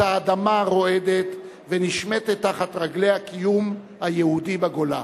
את האדמה הרועדת ונשמטת תחת רגלי הקיום היהודי בגולה.